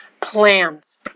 plans